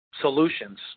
Solutions